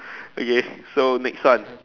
okay so next one